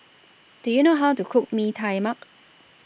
Do YOU know How to Cook Mee Tai Mak